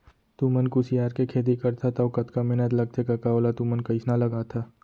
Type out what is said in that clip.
तुमन कुसियार के खेती करथा तौ कतका मेहनत लगथे कका ओला तुमन कइसना लगाथा